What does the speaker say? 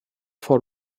for